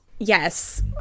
Yes